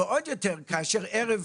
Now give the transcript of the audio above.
ועוד יותר, כאשר ערב